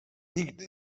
nigdy